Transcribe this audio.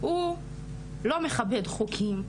הוא לא מכבד חוקים,